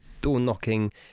door-knocking